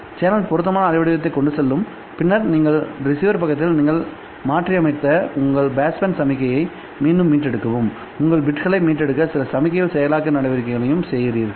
channel பொருத்தமான அலைவடிவத்தை கொண்டு செல்லும்பின்னர் நீங்கள் ரிசீவர் பக்கத்தில் நீங்கள் மாற்றியமைத்த உங்கள் பேஸ்பேண்ட் சமிக்ஞையை மீண்டும் மீட்டெடுக்கவும்உங்கள் பிட்களை மீட்டெடுக்க சில சமிக்ஞை செயலாக்க நடவடிக்கைகளையும் செய்கிறீர்கள்